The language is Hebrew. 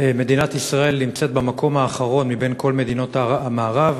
מדינת ישראל נמצאת בכלל במקום האחרון בין כל מדינות המערב,